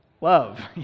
love